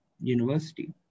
university